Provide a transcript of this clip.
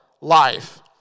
life